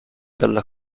della